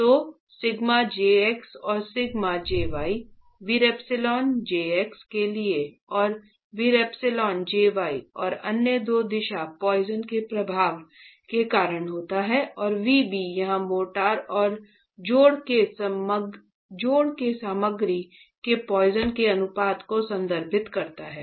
तो σjx और σjy εjx के लिए और ε jy और अन्य दो दिशा पोइसन के प्रभाव के कारण होता है और νb यहाँ मोर्टार या जोड़ के सामग्री के पॉइसन के अनुपात को संदर्भित करता है